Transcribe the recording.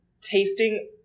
tasting